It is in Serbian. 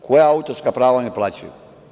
Koja autorska prava oni plaćaju?